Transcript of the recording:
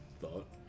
thought